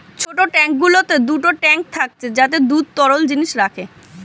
ছোট ট্যাঙ্ক গুলোতে দুটো ট্যাঙ্ক থাকছে যাতে দুধ তরল জিনিস রাখে